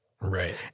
Right